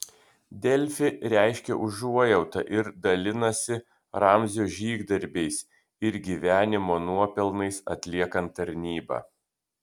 delfi reiškia užuojautą ir dalinasi ramzio žygdarbiais ir gyvenimo nuopelnais atliekant tarnybą